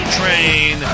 train